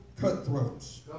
cutthroats